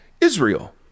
Israel